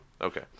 Okay